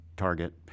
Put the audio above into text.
target